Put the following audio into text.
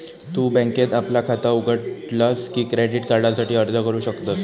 तु बँकेत आपला खाता उघडलस की क्रेडिट कार्डासाठी अर्ज करू शकतस